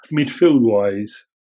midfield-wise